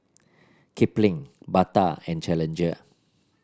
Kipling Bata and Challenger